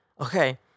okay